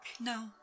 No